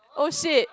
oh shit